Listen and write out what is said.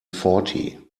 fourty